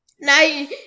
Now